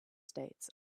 states